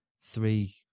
three